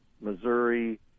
Missouri